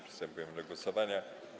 Przystępujemy do głosowania.